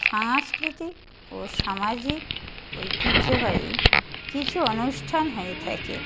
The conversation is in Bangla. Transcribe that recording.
সাংস্কৃতিক ও সামাজিক ঐতিহ্যবাহী কিছু অনুষ্ঠান হয়ে থাকে